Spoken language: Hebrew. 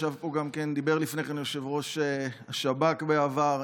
דיבר לפני כן יושב-ראש השב"כ בעבר,